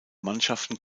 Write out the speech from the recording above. mannschaften